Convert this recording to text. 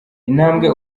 intambwe